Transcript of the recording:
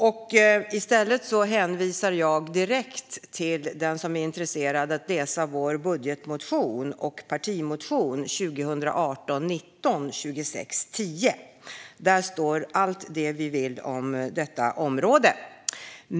I stället hänvisar jag den som är intresserad att läsa vår budgetmotion och partimotion 2018/19:2610. Där står allt om vad vi vill på detta område.